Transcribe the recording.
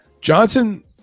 Johnson